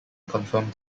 confirmed